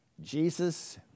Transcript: Jesus